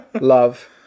Love